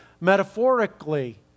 metaphorically